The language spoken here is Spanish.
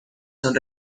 son